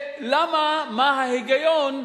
מה ההיגיון,